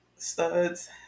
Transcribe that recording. studs